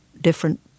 different